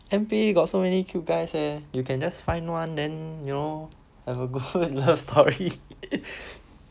N_P got so many cute guys eh you can just find one then you know and you go and love story